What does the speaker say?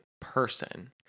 person